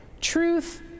Truth